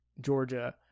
Georgia